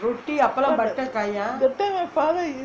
that time my father